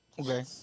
Okay